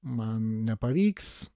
man nepavyks